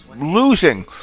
losing